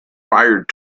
fired